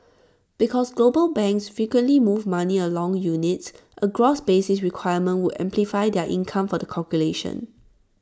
because global banks frequently move money among units A gross basis requirement would amplify their income for the calculation